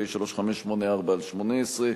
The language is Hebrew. פ/3584/18,